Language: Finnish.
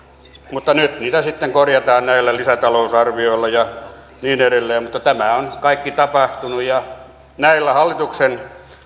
mutta nyt niitä sitten korjataan näillä lisätalousarvioilla ja niin edelleen mutta tämä on kaikki tapahtunut ja näillä hallituksen